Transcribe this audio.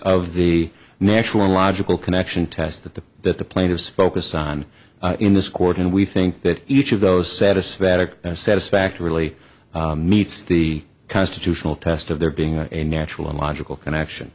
of the natural logical connection test that the that the plaintiffs focus on in this court and we think that each of those satisfy that it satisfactorily meets the constitutional test of there being a natural and logical connection